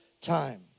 time